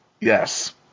Yes